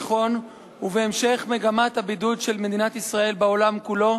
התיכון ובהמשך מגמת הבידוד של מדינת ישראל בעולם כולו,